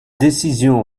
décision